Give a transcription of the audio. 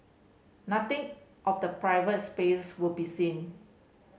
nothing of the private space would be seen